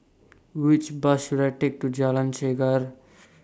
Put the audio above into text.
Which Bus should I Take to Jalan Chegar